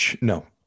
no